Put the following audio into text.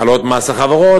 העלאת מס החברות,